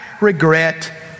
regret